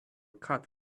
cut